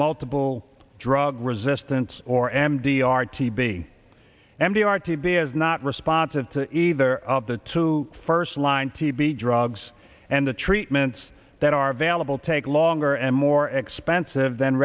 multiple drug resistance or m d r t b m t r t b is not responsive to either of the two first line tb drugs and the treatments that are available take longer and more expensive than